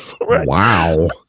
Wow